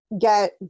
get